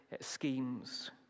schemes